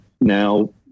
now